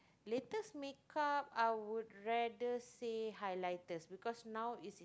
latest makeup I would rather say highlighters because now it's in